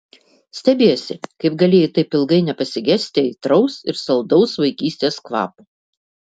stebiesi kaip galėjai taip ilgai nepasigesti aitraus ir saldaus vaikystės kvapo